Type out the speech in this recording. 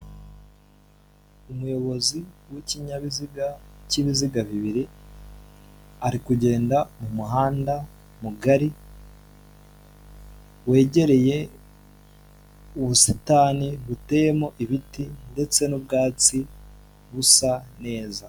Umuyobozi w'ikinyabiziga kibiziga bibiri ari kugenda mu muhanda mu gari wegereye ubusitani buteyemo ibiti ndetse n'ubwatsi busa neza.